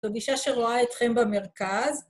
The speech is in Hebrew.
זאת גישה שרואה אתכם במרכז.